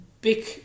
big